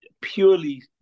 purely